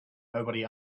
nobody